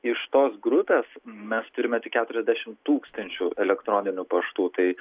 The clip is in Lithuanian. iš tos grupės mes turime tik keturiasdešimt tūkstančių elektroninių paštų tai